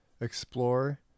explore